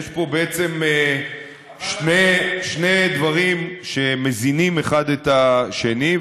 יש פה שני דברים שמזינים אחד את השני,